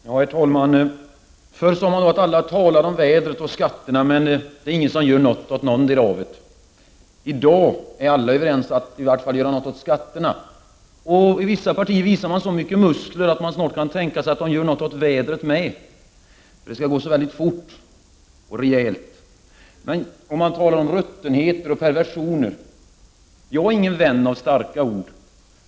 Herr talman! Förr sade man att alla talar om vädret och skatterna, men ingen gör något åt vare sig det ena eller det andra. I dag är alla överens om att i varje fall göra något åt skatterna. Och i vissa partier visar man så mycket muskler att vi snart kan tänka oss att man gör något åt vädret också. Det skall gå så fort och rejält. Man talar rent av om ruttenhet och perversioner. Jag är ingen vän av starka ord.